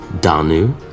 Danu